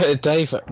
Dave